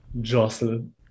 Jocelyn